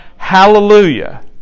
hallelujah